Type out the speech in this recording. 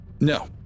No